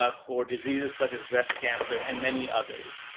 ah for diseases such as breast cancer and many others.